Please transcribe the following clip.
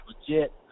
legit